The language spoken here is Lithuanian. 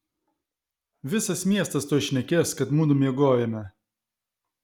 visas miestas tuoj šnekės kad mudu miegojome